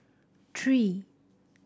three